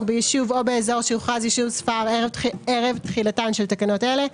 ביישוב או באזור שהוכרז יישוב ספר ערב תחילתן של תקנות אלה,